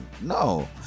no